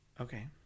Okay